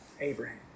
Abraham